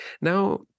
Now